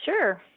Sure